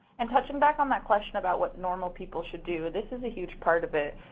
and touching back on that question about what normal people should do, this is a huge part of it.